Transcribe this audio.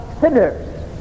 sinners